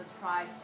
try